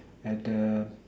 at the